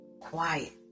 quiet